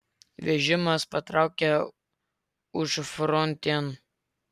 vežimas patraukė užfrontėn